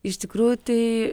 iš tikrųjų tai